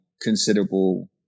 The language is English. considerable